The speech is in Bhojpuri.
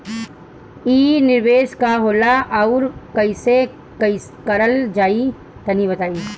इ निवेस का होला अउर कइसे कइल जाई तनि बताईं?